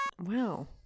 wow